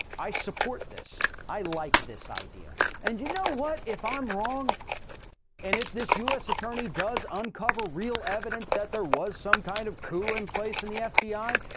i support this. i like this idea and you know what, if i'm wrong and if this us attorney does uncover real evidence that there was some kind of coup in place in the fbi,